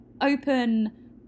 open